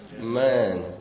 Man